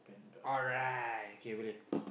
alright k boleh